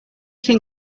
can